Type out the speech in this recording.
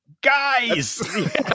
Guys